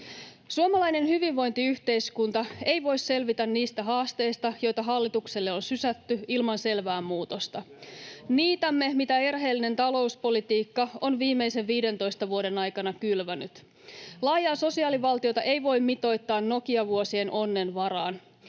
Suomalainen hyvinvointiyhteiskunta ei voi selvitä niistä haasteista, joita hallitukselle on sysätty, ilman selvää muutosta. [Ben Zyskowicz: Näin se on!] Niitämme, mitä erheellinen talouspolitiikka on viimeisen 15 vuoden aikana kylvänyt. Laajaa sosiaalivaltiota ei voi mitoittaa Nokia-vuosien onnen varaan.